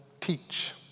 teach